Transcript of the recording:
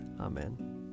Amen